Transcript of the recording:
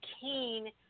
keen